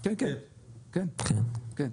כן, כן,